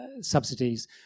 subsidies